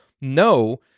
No